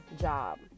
job